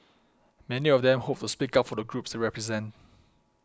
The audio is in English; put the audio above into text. many of them hope to speak up for the groups they represent